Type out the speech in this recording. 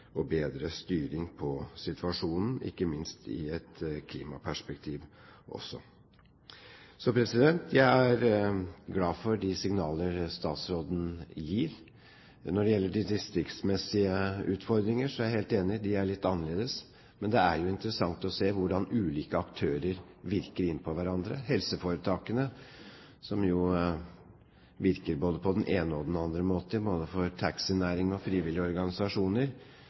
og bedre styring på situasjonen, ikke minst i et klimaperspektiv. Jeg er glad for de signaler statsråden gir. Når det gjelder de distriktsmessige utfordringer, er jeg helt enig: De er litt annerledes. Men det er jo interessant å se hvordan ulike aktører virker inn på hverandre. Helseforetakene, som jo virker både på den ene og den andre måte både for taxinæring og frivillige organisasjoner,